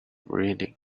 reading